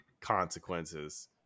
consequences